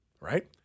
Right